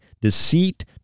deceit